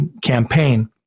campaign